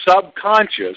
subconscious